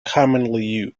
commonly